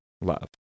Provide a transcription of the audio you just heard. love